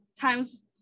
times